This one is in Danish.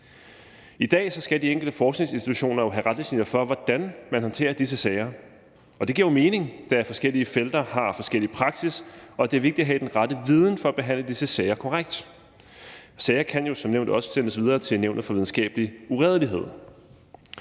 I dag skal de enkelte forskningsinstitutioner have retningslinjer for, hvordan man håndterer disse sager, og det giver jo mening, da forskellige felter har forskellig praksis og det er vigtigt at have den rette viden for at behandle disse sagde korrekt. Og sager kan jo som nævnt også sendes videre til Nævnet for Videnskabelig Uredelighed.